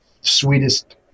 sweetest